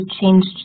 changed